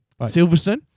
Silverstone